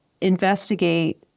investigate